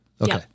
Okay